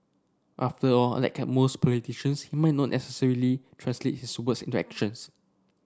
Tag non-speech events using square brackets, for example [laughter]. after all like [unintelligible] most politicians he might not necessarily translate his words into actions